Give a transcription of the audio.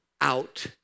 out